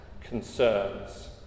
concerns